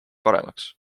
paremaks